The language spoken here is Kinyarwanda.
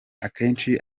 akenshi